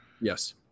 Yes